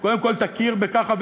קודם כול תכיר בככה,